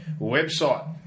website